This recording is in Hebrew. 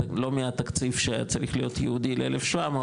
לא מהתקציב שהיה צריך להיות ייעודי ל-1,700,